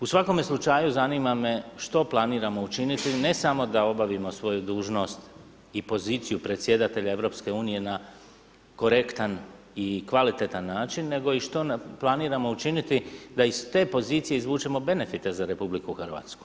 U svakome slučaju zanima me što planiramo učiniti ne samo da obavimo svoju dužnost i poziciju predsjedatelja EU na korektan i kvalitetan način nego i što planiramo učiniti da iz te pozicije izvučemo benefite za RH.